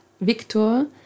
Victor